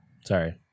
sorry